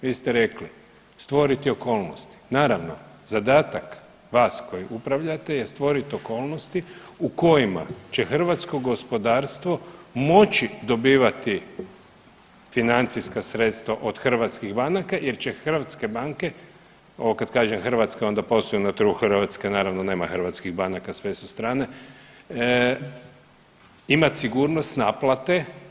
Vi ste rekli stvoriti okolnost, naravno zadatak vas koji upravljate je stvorit okolnosti u kojima će hrvatsko gospodarstvo moći dobivati financijska sredstva od hrvatskih banaka jer će hrvatske banke, ovo kad kažem hrvatska, onda posluju na tlu Hrvatske, naravno nema hrvatskih banaka sve su strane, ima sigurnost naplate.